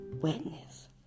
wetness